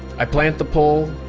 i plant the pole.